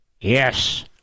Yes